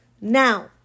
Now